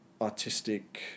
artistic